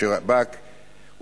השב"כ,